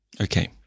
Okay